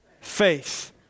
faith